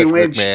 Lynch